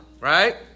right